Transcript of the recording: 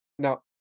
Now